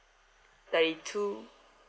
thirty two